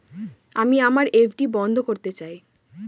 আমি আমার এফ.ডি বন্ধ করতে চাই